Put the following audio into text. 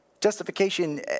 Justification